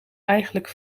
eigenlijk